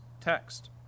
text